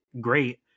great